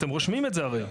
אתם רושמים את זה, הרי.